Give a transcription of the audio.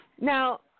Now